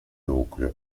nucleo